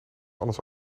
anders